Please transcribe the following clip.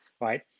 right